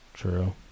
True